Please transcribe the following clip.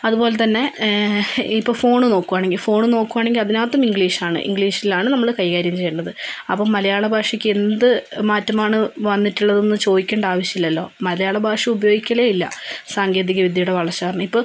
അതുപോലെതന്നെ ഇപ്പോൾ ഫോണ് നോക്കുകയാണെങ്കിൽ ഫോണ് നോക്കുകയാണെങ്കിൽ അതിനകത്തും ഇംഗ്ലീഷാണ് ഇംഗ്ലീഷിലാണ് നമ്മൾ കൈകാര്യം ചെയ്യേണ്ടത് അപ്പം മലയാള ഭാഷയ്ക്ക് എന്ത് മാറ്റമാണ് വന്നിട്ടുള്ളതെന്ന് ചോദിക്കേണ്ട ആവശ്യമില്ലല്ലോ മലയാള ഭാഷ ഉപയോഗിക്കലേ ഇല്ല സാങ്കേതിക വിദ്യയുടെ വളർച്ച കാരണം ഇപ്പോൾ